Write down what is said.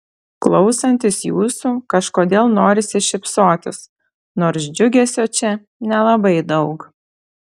klausantis jūsų kažkodėl norisi šypsotis nors džiugesio čia nelabai daug